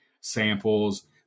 samples